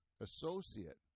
associate